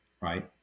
Right